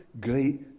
great